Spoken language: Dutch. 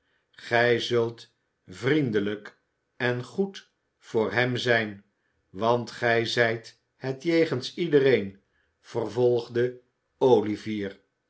gij zult vriendelijk en goed voor hem zijn want gij zijt het jegens iedereen vervolgde olivier